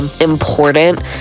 important